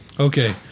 Okay